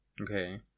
Okay